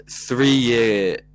three-year